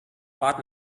path